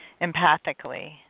empathically